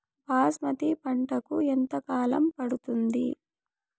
బాస్మతి పంటకు ఎంత కాలం పడుతుంది?